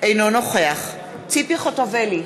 אינו נוכח ציפי חוטובלי,